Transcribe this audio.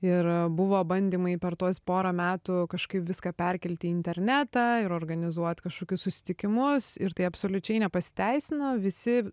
ir buvo bandymai per tuos porą metų kažkaip viską perkelt į internetą ir organizuot kažkokius susitikimus ir tai absoliučiai nepasiteisino visi